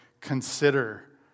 consider